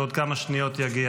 בעוד כמה שניות יגיע